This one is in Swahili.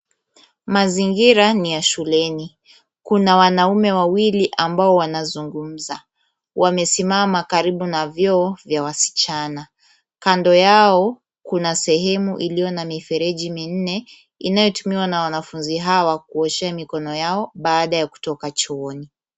Mazingira ni ya shuleni. Kuna wanaume wawili ambao wanazungumza. Wamesimama karibu na vyoo vya wasichana. Kando yao kuna sehemu iliyo na mifereji minne, inayotumiwa na wanafunzi hawa kuoshea mikono yao baada ya kutoka chooni.